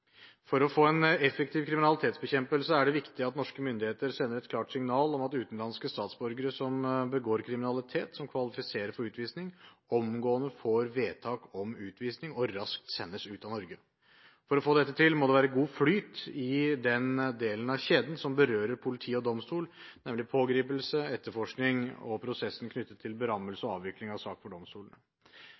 For å få en effektiv kriminalitetsbekjempelse er det viktig at norske myndigheter sender et klart signal om at utenlandske statsborgere som begår kriminalitet som kvalifiserer for utvisning, omgående får vedtak om utvisning og raskt sendes ut av Norge. For å få dette til må det være god flyt i den delen av kjeden som berører politi og domstol, nemlig pågripelse, etterforskning og prosessen knyttet til berammelse og avvikling av sak for domstolene.